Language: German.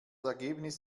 ergebnis